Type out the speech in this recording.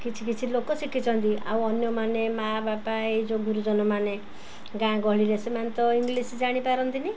କିଛି କିଛି ଲୋକ ଶିଖିଛନ୍ତି ଆଉ ଅନ୍ୟମାନେ ମାଆ ବାପା ଏଇ ଯେଉଁ ଗୁରୁଜନମାନେ ଗାଁ ଗହଳିରେ ସେମାନେ ତ ଇଂଲିଶ୍ ଜାଣିପାରନ୍ତିନି